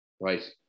right